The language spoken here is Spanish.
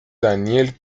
daniel